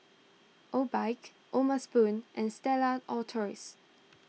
Obike O'ma Spoon and Stella Artois